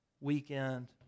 weekend